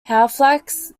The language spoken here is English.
halifax